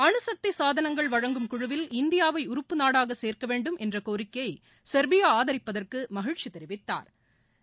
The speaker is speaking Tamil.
அணுசக்தி சாதனங்கள் வழங்கும் குழுவில் இந்தியாவை உறுப்பு நாடாக சேர்க்க வேண்டும் என்ற கோரிக்கையை சொ்பியா ஆதரிப்பதற்கு மகிழ்ச்சி தெரிவித்தாா்